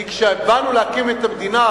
כי כשבאנו להקים את המדינה,